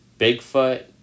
Bigfoot